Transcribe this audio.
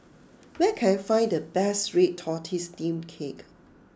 where can I find the best Red Tortoise Steamed Cake